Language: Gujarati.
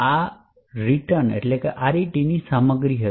આ RET ની સામગ્રી હશે